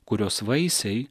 kurios vaisiai